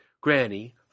Granny